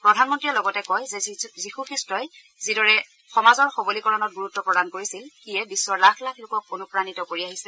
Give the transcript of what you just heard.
প্ৰধানমন্ত্ৰীয়ে লগতে কয় যে যীশু খ্ৰীষ্টই যিদৰে সমাজৰ সবলীকৰণত গুৰুত্ব প্ৰদান কৰিছিল সিয়ে বিশ্বৰ লাখ লাখ লোকক অনুপ্ৰাণিত কৰি আহিছে